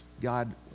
God